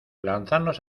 lanzarnos